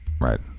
Right